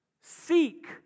Seek